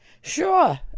Sure